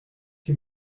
qui